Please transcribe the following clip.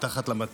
מתחת, למטה.